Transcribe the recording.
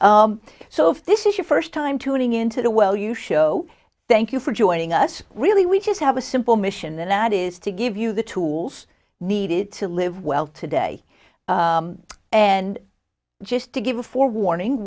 if this is your first time tuning into well you show thank you for joining us really we just have a simple mission and that is to give you the tools needed to live well today and just to give a forewarning